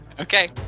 Okay